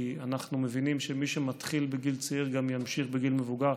כי אנחנו מבינים שמי שמתחיל בגיל צעיר גם ימשיך בגיל מבוגר.